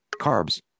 carbs